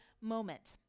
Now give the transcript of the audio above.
moment